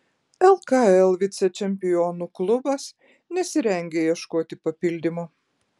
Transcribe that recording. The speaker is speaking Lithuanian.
lkl vicečempionų klubas nesirengia ieškoti papildymo